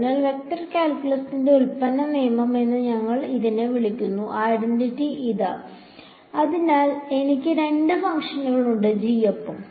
അതിനാൽ വെക്റ്റർ കാൽക്കുലസിലെ ഉൽപ്പന്ന നിയമം എന്ന് ഞങ്ങൾ ഇതിനെ വിളിക്കുന്നതിന്റെ ഐഡന്റിറ്റി ഇതാ അതിനാൽ എനിക്ക് രണ്ട് ഫംഗ്ഷനുകളുണ്ട് g ഒപ്പം